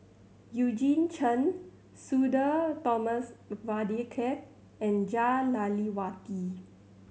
Eugene Chen Sudhir Thomas Vadaketh and Jah Lelawati